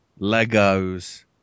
Legos